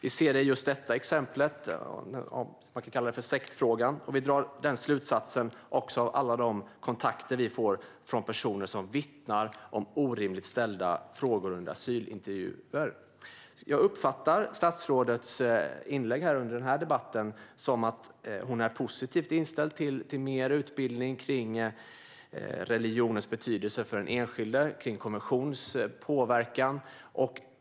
Vi ser det i just detta exempel - man kan kalla det för sektfrågan. Vi drar den slutsatsen också av alla de kontakter vi har med personer som vittnar om orimliga frågor ställda under asylintervjuer. Jag uppfattar statsrådets inlägg i den här debatten som att hon är positivt inställd till mer utbildning om religionens betydelse för den enskilde och om konversionens påverkan.